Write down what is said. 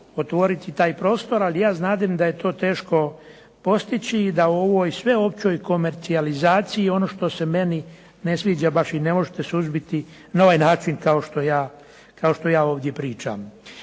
otvoriti taj prostor, ali ja znadem da je to teško postići i da u ovoj sveopćoj komercijalizaciji ono što se meni ne sviđa baš i ne možete suzbiti na ovaj način kao što ja ovdje pričam.